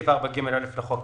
בסעיף 4ג(א) לחוק,